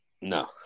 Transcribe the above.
No